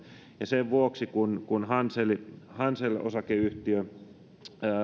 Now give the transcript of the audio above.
ja sen vuoksi kun kun hansel osakeyhtiötä